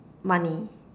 money